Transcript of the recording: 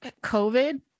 COVID